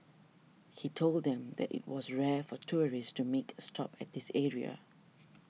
he told them that it was rare for tourists to make a stop at this area